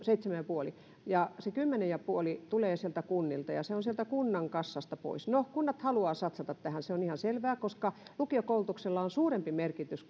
seitsemän ja puoli se kymmenen ja puoli tulee kunnilta ja se on sieltä kunnan kassasta pois kunnat haluavat satsata tähän se on ihan selvää koska lukiokoulutuksella on suurempi merkitys